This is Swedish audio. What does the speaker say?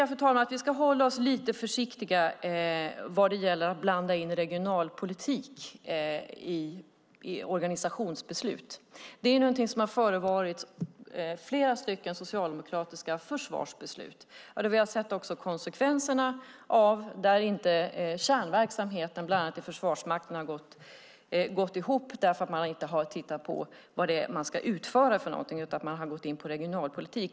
Jag tycker att vi ska vara lite försiktiga när det gäller att blanda in regionalpolitik i organisationsbeslut. Det är någonting som har förekommit i flera socialdemokratiska försvarsbeslut. Vi har också sett konsekvenserna av det när kärnverksamheten, bland annat i Försvarsmakten, inte har gått ihop därför att man inte har tittat på vad man ska utföra utan gått in på regionalpolitik.